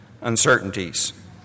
uncertainties